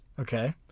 Okay